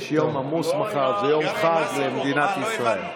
יש יום עמוס מחר, זה יום חג למדינת ישראל.